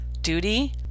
duty